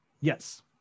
yes